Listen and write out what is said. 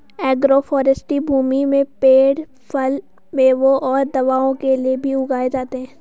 agroforestry भूमि में पेड़ फल, मेवों और दवाओं के लिए भी उगाए जाते है